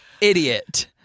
idiot